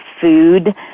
food